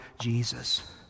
Jesus